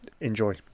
enjoy